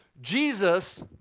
Jesus